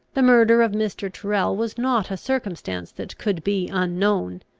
the murder of mr. tyrrel was not a circumstance that could be unknown,